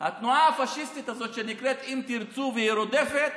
התנועה הפשיסטית הזאת שנקראת אם תרצו, שרודפת